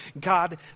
God